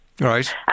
Right